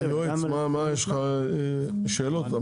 היועץ, יש לך שאלות?